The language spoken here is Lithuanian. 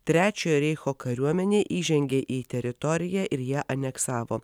trečiojo reicho kariuomenė įžengė į teritoriją ir ją aneksavo